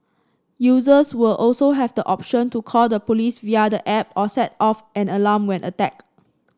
users will also have the option to call the police via the app or set off an alarm when attacked